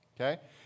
Okay